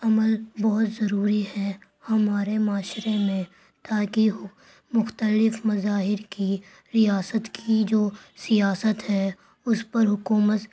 عمل بہت ضروری ہے ہمارے معاشرے میں تاکہ مختلف مظاہر کی ریاست کی جو سیاست ہے اس پر حکومت